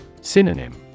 Synonym